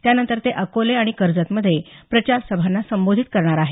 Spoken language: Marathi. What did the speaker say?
त्यानंतर ते अकोले आणि कर्जतमध्ये प्रचारसभांना संबोधित करणार आहेत